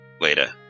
later